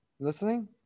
Listening